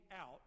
out